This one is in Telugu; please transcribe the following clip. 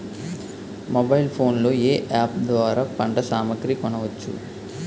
మొబైల్ ఫోన్ లో ఏ అప్ ద్వారా పంట సామాగ్రి కొనచ్చు?